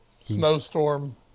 snowstorm